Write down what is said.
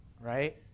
right